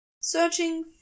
searching